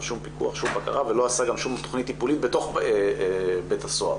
שום פיקוח ושום בקרה ולא עשה גם שום תכנית טיפולית בתוך בית הסוהר.